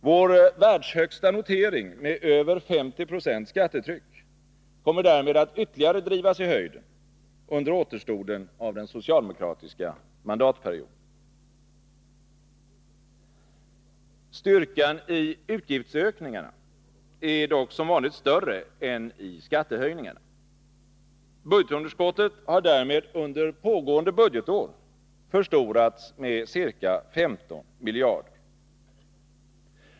Vår världshögsta notering med över 50 90 skattetryck kommer därmed att ytterligare drivas i höjden under återstoden av den socialdemokratiska mandatperioden. Styrkan i utgiftsökningarna är dock som vanligt större än i skattehöjningarna. Budgetunderskottet har därmed under pågående budgetår förstorats med ca 15 miljarder.